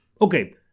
okay